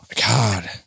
God